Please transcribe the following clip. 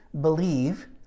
believe